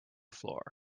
floor